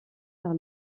par